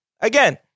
again